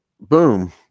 boom